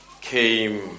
came